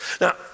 Now